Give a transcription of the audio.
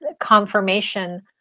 confirmation